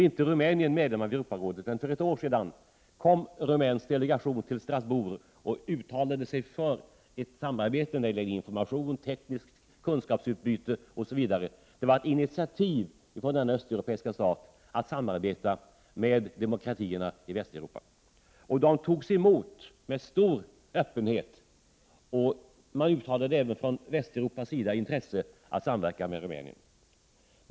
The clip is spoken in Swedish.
Rumänien är inte medlem av Europarådet, men för ett år sedan anlände en rumänsk delegation till Strasbourg och man uttalade sig för ett samarbete när det gäller information, tekniskt kunskapsutbyte m.m. Det var ett initiativ från denna östeuropeiska stat till ett samarbete med demokratierna i Västeuropa. De rumänska delegaterna togs emot med stor öppenhet, och från Västeuropas sida uttalades intresse av att samverka med Rumänien.